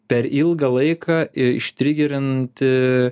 per ilgą laiką ištrigerinti